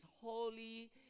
holy